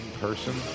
person